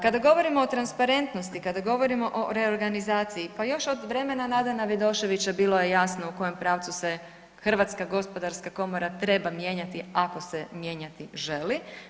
Kada govorimo o transparentnosti, kada govorimo o reorganizaciji pa još od vremena Nadana Vidoševića bilo je jasno u kojem pravcu se Hrvatska gospodarska komora treba mijenjati ako se mijenjati želi.